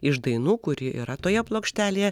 iš dainų kuri yra toje plokštelėje